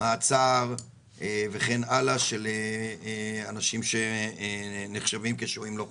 מעצר וכן הלאה של אנשים שנחשבים כשוהים לא חוקיים?